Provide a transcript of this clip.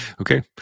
okay